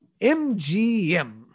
MGM